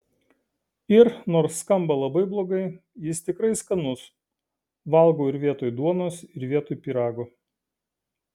ir nors skamba labai blogai jis tikrai skanus valgau ir vietoj duonos ir vietoj pyrago